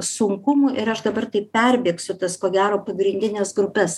sunkumų ir aš dabar taip perbėgsiu tas ko gero pagrindines grupes